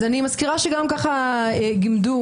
אז אני מזכירה שגם ככה גימדו,